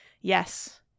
Yes